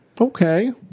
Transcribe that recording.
Okay